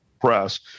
press